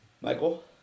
Michael